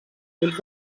fils